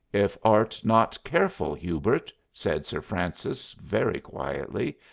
if art not careful, hubert, said sir francis very quietly,